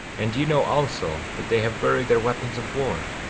and ye know also that they have buried their weapons of war,